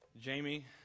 Jamie